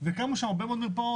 וקמו שם הרבה מאוד מרפאות.